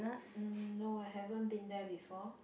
um no I haven't been there before